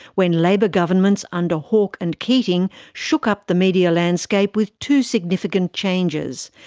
when labor governments under hawke and keating shook up the media landscape with two significant changes,